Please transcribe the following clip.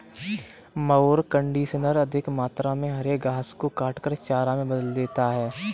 mower conditioner अधिक मात्रा में हरे घास को काटकर चारा में बदल देता है